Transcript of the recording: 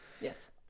yes